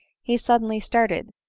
he suddenly started,